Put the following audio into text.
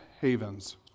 havens